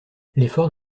l’effort